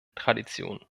tradition